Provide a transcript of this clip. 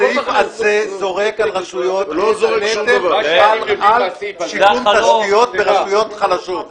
הסעיף הזה זורק לרשויות נטל נוסף על שיקום תשתיות ברשויות חלשות.